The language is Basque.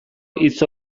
hitz